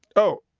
oh,